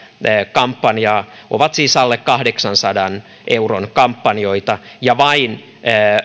kampanjaa on siis alle kahdeksansadan euron kampanjoita ja vain